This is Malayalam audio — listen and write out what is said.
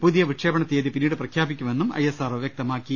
പുതിയ വിക്ഷേപണ തിയതി പിന്നീട് പ്രഖ്യാപിക്കുമെന്നും ഐ എസ് ആർ ഒ വ്യക്തമാക്കി